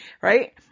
right